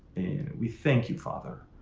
and we thank you, father,